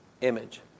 image